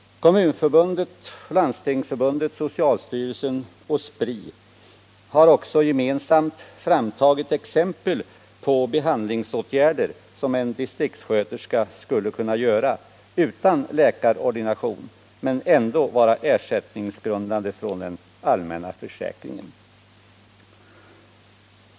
Kommunförbundet, Landstingsförbundet, socialstyrelsen och Spri har också gemensamt framtagit exempel på behandlingsåtgärder som en distriktssköterska skulle kunna göra utan läkarordination men som ändå skulle vara ersättningsgrundande från den allmänna försäkringen.